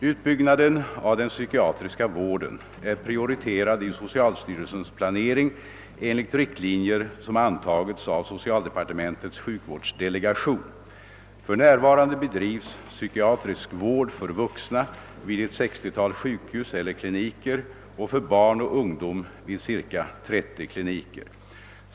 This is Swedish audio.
Utbyggnaden av den psykiatriska vården är prioriterad i socialstyrelsens planering enligt riktlinjer som antagits av socialdepartementets sjukvårdsdelegation. För närvarande bedrivs psykiatrisk vård för vuxna vid ett 60-tal sjukhus eller kliniker och för barn och ungdom vid cirka 30 kliniker.